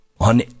On